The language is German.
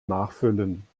nachfüllen